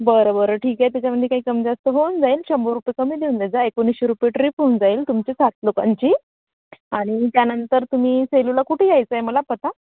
बरं बरं ठीक आहे त्याच्यामध्ये काही कमी जास्त होऊन जाईल शंभर रुपये कमी देऊन द्या जा एकोणीसशे रुपये ट्रिप होऊन जाईल तुमची सात लोकांची आणि त्यानंतर तुम्ही सेलूला कुठे यायचं आहे मला पत्ता